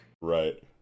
Right